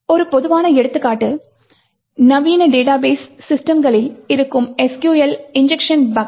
ஒரு பொதுவான எடுத்துக்காட்டு நவீன டேட்டாபேஸ் சிஸ்டம்களில் இருக்கும் SQL இன்ஜெக்ஷன் பக்